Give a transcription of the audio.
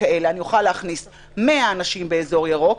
כאלה אני אוכל להכניס 100 אנשים באזור ירוק,